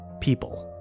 people